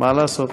מה לעשות.